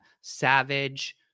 Savage